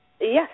Yes